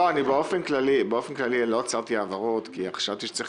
באופן כללי לא עצרתי העברות כי חשבתי שצריך